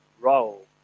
role